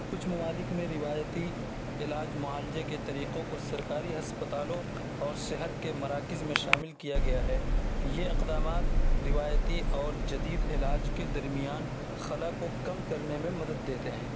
کچھ ممالک میں روایتی علاج معالجہ کے طریقوں کو سرکاری ہسپتالوں اور صحت کے مراکز میں شامل کیا گیا ہے یہ اقدامات روایتی اور جدید علاج کے درمیان خلا کو کم کرنے میں مدد دیتے ہیں